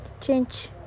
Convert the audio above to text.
change